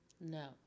No